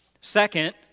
Second